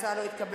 ההצעה לא התקבלה.